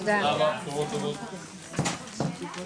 הישיבה